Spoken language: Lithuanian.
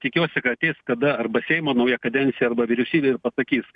tikiuosi ka ateis kada arba seimo nauja kadencija arba vyriausybė ir pasakys